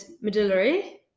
medullary